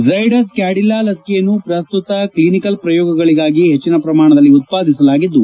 ಿ ಕೊಡುತ್ತಿದ್ದಾ ಲಸಿಕೆಯನ್ನು ಪ್ರಸ್ತುತ ಕ್ಷಿನಿಕಲ್ ಪ್ರಯೋಗಗಳಿಗಾಗಿ ಹೆಚ್ಚಿನ ಪ್ರಮಾಣದಲ್ಲಿ ಉತ್ಪಾದಿಸಲಾಗಿದ್ದು